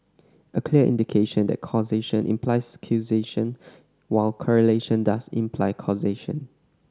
a clear indication that causation implies causation while correlation does imply causation